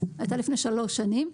הייתה לפני שלוש שנים,